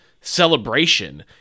celebration